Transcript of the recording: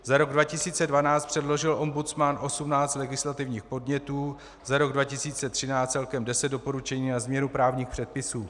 Za rok 2012 předložil ombudsman 18 legislativních podnětů, za rok 2013 celkem 10 doporučení na změnu právních předpisů.